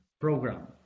program